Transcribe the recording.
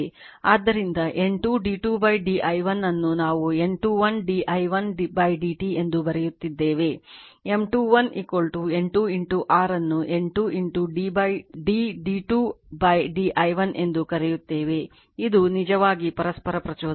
ಆದ್ದರಿಂದ N 2 d 2 d i1 ಅನ್ನು ನಾವು N21 d i1 dt ಎಂದು ಬರೆಯುತ್ತಿದ್ದೇವೆ M21 N2 r ಅನ್ನು N 2 d d 2 d i1 ಎಂದು ಕರೆಯುತ್ತೇವೆ ಇದು ನಿಜವಾಗಿ ಪರಸ್ಪರ ಪ್ರಚೋದನೆ